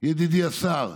ידידי השר.